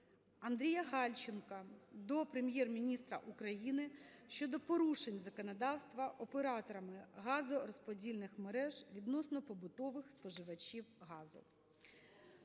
Андрія Гальченка до Прем'єр-міністра України щодо порушень законодавства операторами газорозподільних мереж відносно побутових споживачів газу.